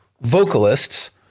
vocalists